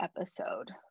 episode